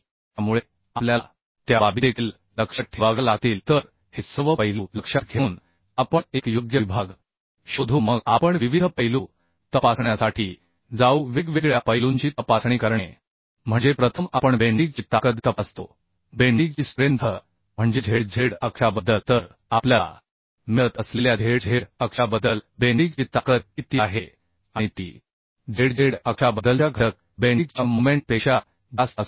त्यामुळे आपल्याला त्या बाबी देखील लक्षात ठेवाव्या लागतील तर हे सर्व पैलू लक्षात घेऊन आपण एक योग्य विभाग शोधू मग आपण विविध पैलू तपासण्यासाठी जाऊ वेगवेगळ्या पैलूंची तपासणी करणे म्हणजे प्रथम आपण बेन्डीगची ताकद तपासतो बेन्डीगची स्ट्रेन्थ म्हणजे ZZ अक्षाबद्दल तर आपल्याला मिळत असलेल्या zz अक्षाबद्दल बेन्डीगची ताकद किती आहे आणि ती zz अक्षाबद्दलच्या घटक बेन्डीगच्या मोमेन्ट पेक्षा जास्त असावी